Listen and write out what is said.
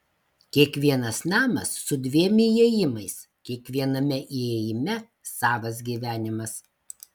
kiekvienas namas su dviem įėjimais kiekviename įėjime savas gyvenimas